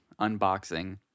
Unboxing